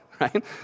right